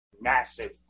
massive